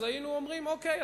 היינו אומרים: אוקיי,